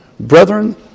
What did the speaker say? Brethren